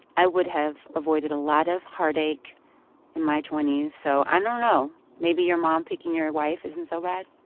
i would have avoided a lot of heartache in my twenty s. so i don't know. maybe your mom picking your wife isn't so bad?